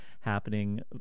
happening